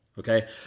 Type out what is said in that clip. Okay